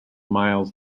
miles